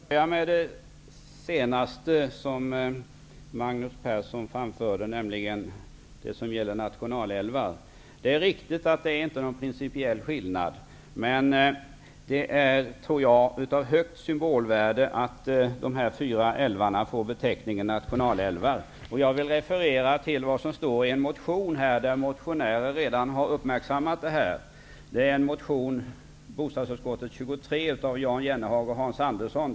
Herr talman! Jag börjar med det som Magnus Persson sist talade om, nämligen frågan om nationalälvar. Det är riktigt att det inte finns någon principiell skillnad. Men det har ett högt symbolvärde att dessa fyra älvar får beteckningen nationalälvar. Jag vill citera vad som står i en motion där motionärerna redan har uppmärksammat detta. Andersson.